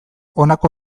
honako